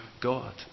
God